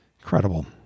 Incredible